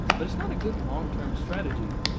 but it's not a good long term strategy.